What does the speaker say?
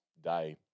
day